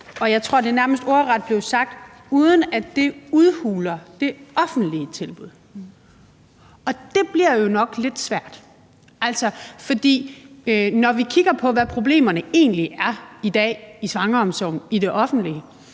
og jeg tror, at der nærmest ordret blev sagt: uden at det udhuler det offentlige tilbud. Og det bliver jo nok lidt svært. Altså, når vi kigger på, hvad problemerne egentlig er i dag i svangreomsorgen i det offentlige,